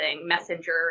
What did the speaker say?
Messenger